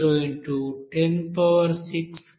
80x106 kilojoule